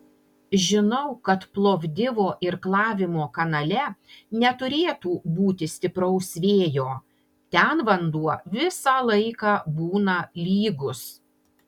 žinau kad plovdivo irklavimo kanale neturėtų būti stipraus vėjo ten vanduo visą laiką būna lygus